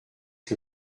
que